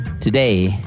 today